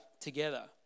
together